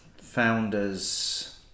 founders